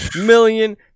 million